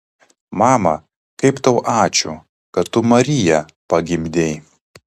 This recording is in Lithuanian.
mama kaip tau ačiū kad tu mariją pagimdei